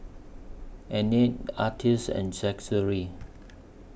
Annette Artis and Zachery